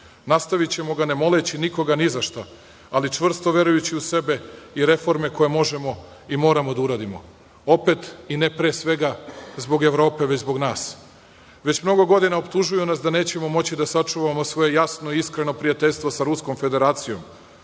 Nastavićemo ga, ne moleći nikoga ni za šta, ali čvrsto verujući u sebe i reforme koje možemo i moramo da uradimo. Opet i ne, pre svega, zbog Evrope već zbog nas. Već mnogo godina optužuju nas da nećemo moći da sačuvamo svoje jasno, iskreno prijateljstvo sa Ruskom Federacijom.